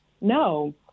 no